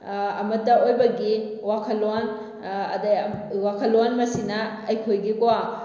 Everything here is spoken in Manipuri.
ꯑꯃꯠꯇ ꯑꯣꯏꯕꯒꯤ ꯋꯥꯈꯜꯂꯣꯟ ꯑꯗꯩ ꯋꯥꯈꯜꯂꯣꯟ ꯃꯁꯤꯅ ꯑꯩꯈꯣꯏꯒꯤꯀꯣ